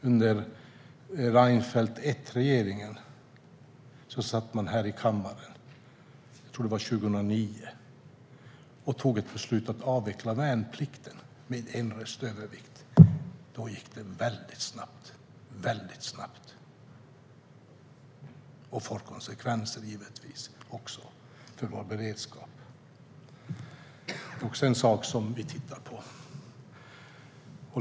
Under regeringen Reinfeldt 1 satt man här i kammaren, jag tror att det var 2009, och tog beslut om att avveckla värnplikten, med en rösts övervikt. Då gick det väldigt snabbt, och det får givetvis konsekvenser för vår beredskap. Det är också en sak som vi tittar på.